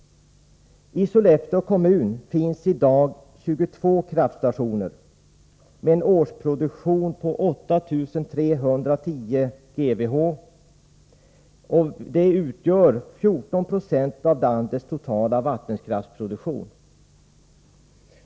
I Sollefteå kommun finns i dag 22 kraftstationer med en årsproduktion på 8 310 GWh, vilket utgör 14 22 av landets totala vattenkraftsproduktion.